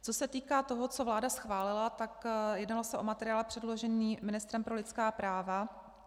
Co se týká toho, co vláda schválila, jednalo se o materiál předložený ministrem pro lidská práva.